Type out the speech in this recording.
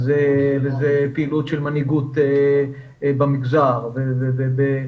לפעילות של מנהיגות במגזר ועוד.